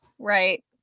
Right